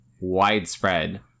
widespread